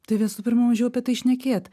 tai visų pirma mažiau apie tai šnekėt